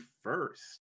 first